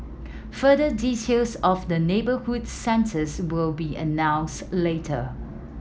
further details of the neighbourhood centres will be announced later